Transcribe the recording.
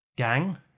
gang